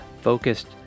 focused